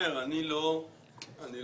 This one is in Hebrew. אני לא